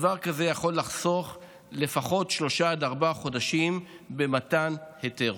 דבר כזה יכול לחסוך לפחות שלושה עד ארבעה חודשים במתן היתר.